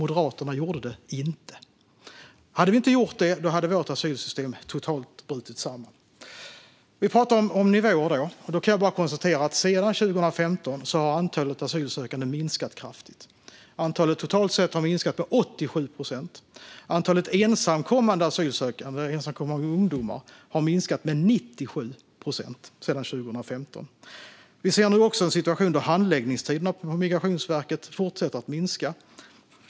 Moderaterna gjorde det inte. Om vi inte hade gjort det hade vårt asylsystem totalt brutit samman. Om vi talar om nivåer kan jag bara konstatera att sedan 2015 har antalet asylsökande minskat kraftigt. Antalet har totalt sett minskat med 87 procent. Antalet ensamkommande asylsökande ungdomar har minskat med 97 procent sedan 2015. Handläggningstiderna på Migrationsverket fortsätter att minska.